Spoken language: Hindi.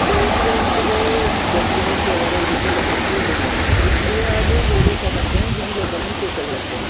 तो उससे उनके जो डॉक्यूमेंट्स वगैरह ओरिजिनल डॉक्यूमेंट वो गुमें ना तो इसलिए अब वो लोग क्या करते हैं डिजी लॉकर में सेव करके रखते हैं